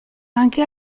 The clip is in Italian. anche